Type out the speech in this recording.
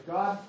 God